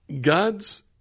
God's